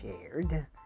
shared